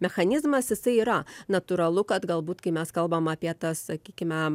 mechanizmas jisai yra natūralu kad galbūt kai mes kalbam apie tas sakykime